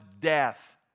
death